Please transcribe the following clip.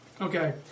Okay